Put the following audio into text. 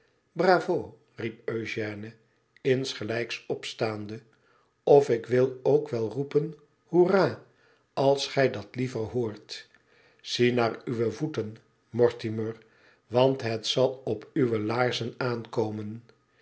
ibravo riep eugène insgelijks opstaande lofik wilookwel roepen hoera als gij dat liever hoort zie naar uwe voeten mortimer want het zal op uwe laarzen aankomen